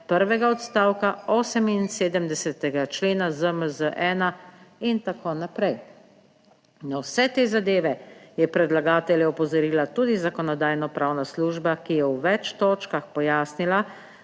prvega odstavka 78. člena ZMZ1 in tako naprej. Na vse te zadeve je predlagatelja opozorila tudi Zakonodajno-pravna služba, ki je v več točkah pojasnila,